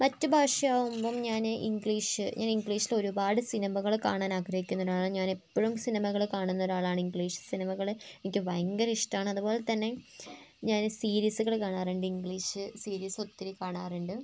മറ്റ് ഭാഷയാകുമ്പോൾ ഞാൻ ഇംഗ്ലീഷ് ഞാൻ ഇംഗ്ലീഷിൽ ഒരുപാട് സിനിമകൾ കാണാൻ ആഗ്രഹിക്കുന്ന ഒരാളാണ് ഞാൻ എപ്പോഴും സിനിമകൾ കാണുന്ന ഒരാളാണ് ഇംഗ്ലീഷ് സിനിമകൾ എനിക്ക് ഭയങ്കര ഇഷ്ടമാണ് അതുപോലെത്തന്നെ ഞാൻ സീരീസുകൾ കാണാറുണ്ട് ഇംഗ്ലീഷ് സീരീസ് ഒത്തിരി കാണാറുണ്ട്